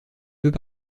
peut